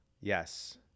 Yes